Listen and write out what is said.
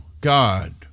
God